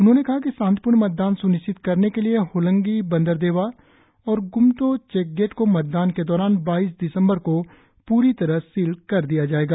उन्होंने कहा कि शांतिप्रर्ण मतदान सुनिश्चित करने के लिए होलोंगी बंदरदेवा और ग्मटो चैकगेट को मतदान के दौरान बाइस दिसंबर को पूरी तरह सील कर दिया जाएगा